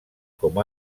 com